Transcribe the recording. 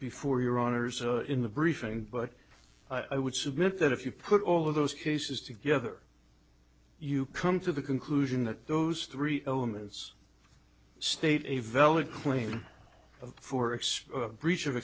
before your honor's in the briefing but i would submit that if you put all of those cases together you come to the conclusion that those three elements state a valid claim for x breach of